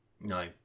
No